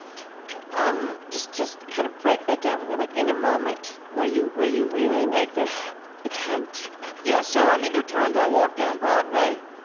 um just just kind of break that down for me, like in a moment where you where you really make this attempt yeah. so, i mean, there are times i'll walk down broadway,